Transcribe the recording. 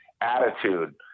attitude